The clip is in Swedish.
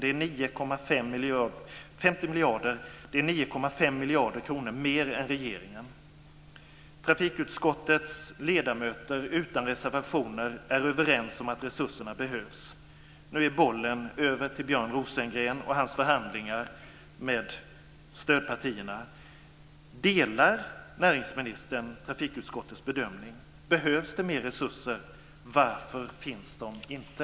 Det är 9,5 miljarder kronor mer än regeringen. Trafikutskottets ledamöter är utan reservationer överens om att resurserna behövs. Nu går bollen över till Björn Rosengren och hans förhandlingar med stödpartierna. Delar näringsministern trafikutskottets bedömning? Behövs det mer resurser? Varför finns de inte?